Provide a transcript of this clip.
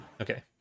Okay